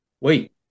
Wait